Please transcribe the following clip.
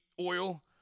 oil